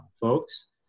folks